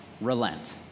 relent